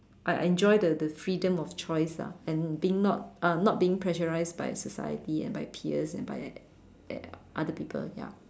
I enjoy the the freedom of choice ah and being not uh not being pressurized by society and by peers and by a~ a~ other people ya